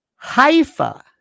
Haifa